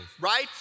right